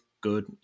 good